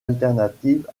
alternative